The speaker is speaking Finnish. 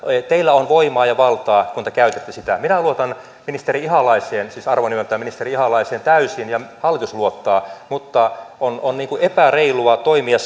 teillä sdpssä voimaa ja valtaa kun te käytätte sitä minä luotan ministeri ihalaiseen siis arvonimeltään ministeri ihalaiseen täysin ja hallitus luottaa mutta on on epäreilua toimia